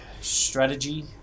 strategy